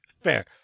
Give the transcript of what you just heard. Fair